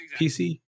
PC